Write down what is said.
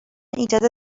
ایجاد